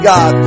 God